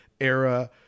era